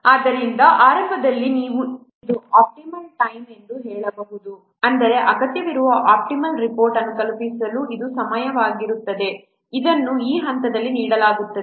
ಆದ್ದರಿಂದ ಆರಂಭದಲ್ಲಿ ನೀವು ಇದು ಆಪ್ಟಿಮಲ್ ಟೈಮ್ ಎಂದು ಹೇಳಬಹುದು ಅಂದರೆ ಅಗತ್ಯವಿರುವ ಆಪ್ಟಿಮಲ್ ರಿಪೋರ್ಟ್ ಅನ್ನು ತಲುಪಿಸಲು ಇದು ಸಮಯವಾಗಿರುತ್ತದೆ ಅದನ್ನು ಈ ಹಂತದಲ್ಲಿ ನೀಡಲಾಗುತ್ತದೆ